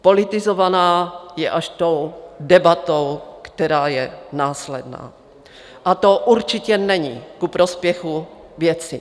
Politizovaná je až tou debatou, která je následná, a to určitě není ku prospěchu věci.